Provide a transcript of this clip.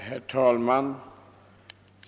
Herr talman!